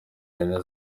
ihene